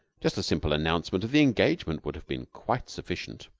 just a simple announcement of the engagement would have been quite sufficient.